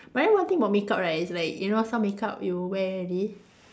but then one thing about makeup right is like you know some makeup you wear already